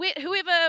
whoever